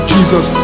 Jesus